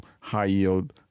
high-yield